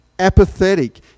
apathetic